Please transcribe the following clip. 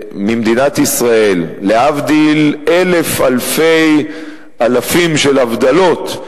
להבדיל אלף אלפי אלפים של הבדלות,